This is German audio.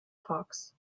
parks